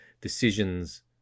decisions